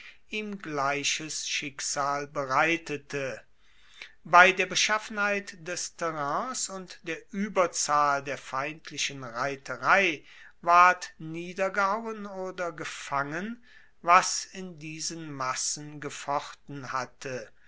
ihm gleiches schicksal bereitete bei der beschaffenheit des terrains und der ueberzahl der feindlichen reiterei ward niedergehauen oder gefangen was in diesen massen gefochten hatte